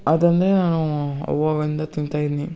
ಅದಂದರೆ ನಾನು ತಿಂತಾ ಇದ್ನಿ